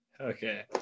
Okay